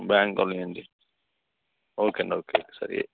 bank colony అండి okay అండి okay సరే